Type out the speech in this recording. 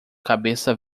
cabeça